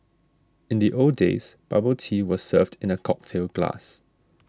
in the old days bubble tea was served in a cocktail glass